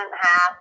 half